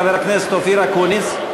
חבר הכנסת אופיר אקוניס.